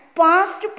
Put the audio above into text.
past